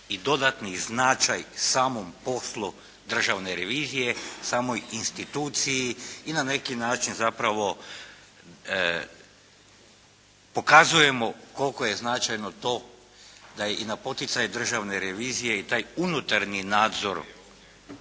i dodani značaj samom poslu državne revizije, samoj instituciji i na neki način zapravo pokazujemo koliko je značajno to da je i na poticaj Državne revizije taj unutarnji nadzor